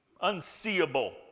unseeable